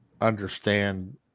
understand